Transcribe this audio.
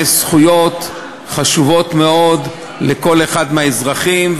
יש זכויות חשובות מאוד לכל אחד מהאזרחים,